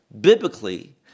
biblically